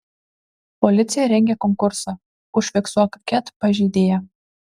policija rengia konkursą užfiksuok ket pažeidėją